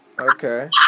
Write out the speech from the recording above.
okay